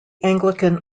anglican